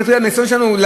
לפי הניסיון שלנו,